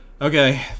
okay